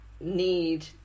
need